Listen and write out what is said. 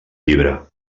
llibre